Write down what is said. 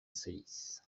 six